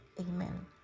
Amen